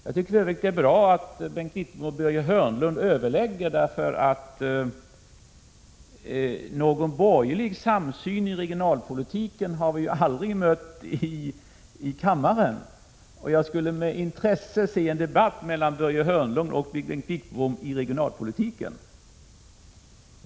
Jag ser att Bengt Wittbom och Börje Hörnlund överlägger — det tycker jag är bra; någon borgerlig samsyn i regionalpolitiken har vi aldrig mött i kammaren. Jag skulle med intresse se en debatt mellan Börje Hörnlund och Bengt Wittbom i regionalpolitiken.